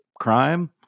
crime